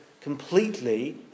completely